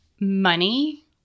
money